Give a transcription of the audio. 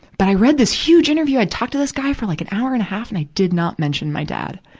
but i read this huge interview, i had talked to this guy for, like, an hour and a half, and i did not mention my dad.